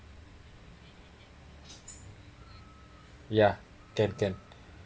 ya can can